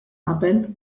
qabel